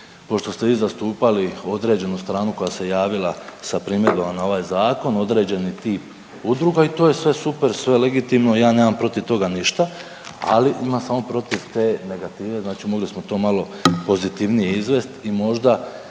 pošto ste vi zastupali određenu stranu koja se javila sa primjedbama na ovaj zakon, određenih tih udruga i to je sve super, sve legitimno. Ja nemam protiv toga ništa, ali imam samo protiv te negative. Znači mogli smo to malo pozitivnije izvest i možda